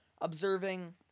observing